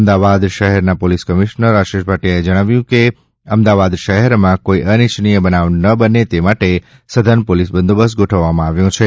અમદાવાદના શહેર police commissioner Ashish ભાટીયાએ જણાવ્યું છે કે અમદાવાદ શહેરમાં કોઈ અનિચ્છનીય બનાવ ન બને તે માટે સઘન પોલીસ બંદોબસ્ત ગોઠવવામાં આવ્યો છે